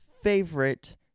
favorite